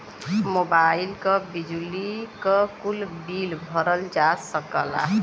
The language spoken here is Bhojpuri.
मोबाइल क, बिजली क, कुल बिल भरल जा सकला